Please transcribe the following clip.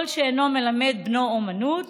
כל שאינו מלמד בנו אומנות